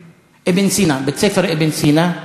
בית-הספר "אִבן סינא".